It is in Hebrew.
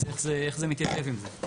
אז איך זה, איך זה מתיישב עם זה?